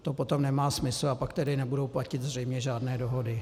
To potom nemá smysl, a pak tedy nebudou platit zřejmě žádné dohody.